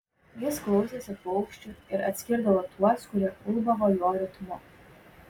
jis klausėsi paukščių ir atskirdavo tuos kurie ulbavo jo ritmu